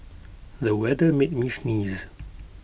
the weather made me sneeze